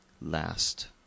last